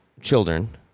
children